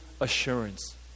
assurance